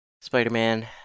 Spider-Man